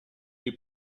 est